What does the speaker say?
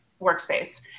workspace